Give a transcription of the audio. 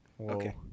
Okay